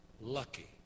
lucky